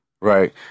right